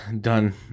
done